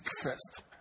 first